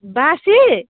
बासी